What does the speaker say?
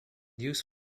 used